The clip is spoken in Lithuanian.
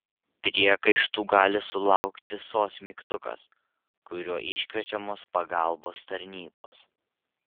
priekaištų gali sulaukti sos mygtukas kuriuo iškviečiamos pagalbos tarnybos